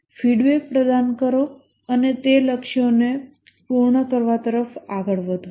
feedback પ્રદાન કરો અને તે લક્ષ્યોને પૂર્ણ કરવા તરફ આગળ વધો